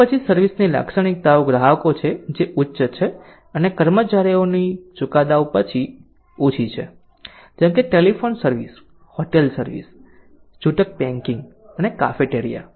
અને પછી સર્વિસ ની લાક્ષણિકતા ગ્રાહકો છે જે ઉચ્ચ છે અને કર્મચારીઓની ચુકાદો ઓછી છે જેમ કે ટેલિફોન સર્વિસ હોટેલ સર્વિસ છૂટક બેંકિંગ અને કાફેટેરિયા